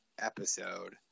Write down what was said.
episode